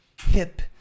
hip